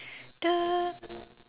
the